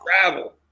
travel